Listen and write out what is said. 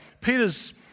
Peter's